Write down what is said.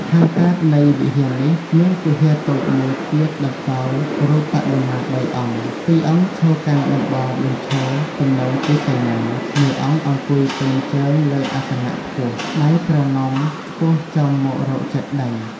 នៅខាងកើតនៃវិហារនេះ មានគុហាតូចមួយទៀតតម្កល់រូបបដិមាបីអង្គ ពីរអង្គឈរកាន់ដំបងបញ្ឈរទំនងជាសេនា មួយអង្គអង្គុយពែនជើងលើអាសនៈខ្ពស់ ដៃប្រណម្យឆ្ពោះចំមករកចេតិយ ។